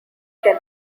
can